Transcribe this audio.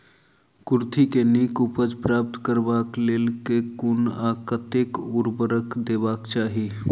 कुर्थी केँ नीक उपज प्राप्त करबाक लेल केँ कुन आ कतेक उर्वरक देबाक चाहि?